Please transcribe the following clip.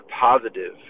positive